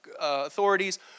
authorities